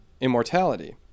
immortality